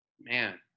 man